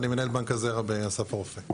אני מנהל בנק הזרע באסף הרופא.